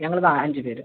ഞങ്ങൾ അഞ്ച് പേർ